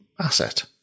asset